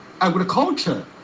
agriculture